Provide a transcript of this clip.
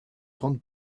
grande